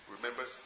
remember